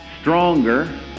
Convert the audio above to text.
stronger